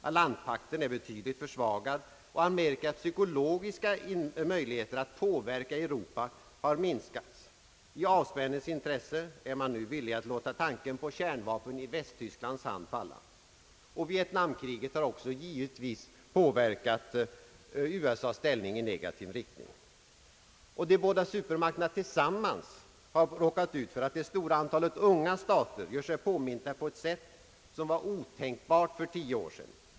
Atlantpakten är betydligt försvagad, och Amerikas psykologiska möjligheter att påverka Europa har minskats. I avspänningens intresse är man nu villig att låta tanken på kärnvapen i Västtysklands hand falla. Vietnamkriget har också givetvis påverkat USA:s ställning i negativ riktning. De båda supermakterna tillsammans har råkat ut för att det stora antalet unga stater gör sig påminda på ett sätt som var otänkbart för tio år sedan.